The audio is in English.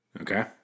Okay